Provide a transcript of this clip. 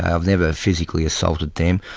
i've never physically assaulted them.